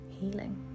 healing